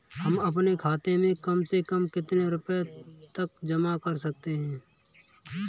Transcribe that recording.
हम अपने खाते में कम से कम कितने रुपये तक जमा कर सकते हैं?